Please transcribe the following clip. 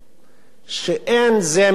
שלא ראוי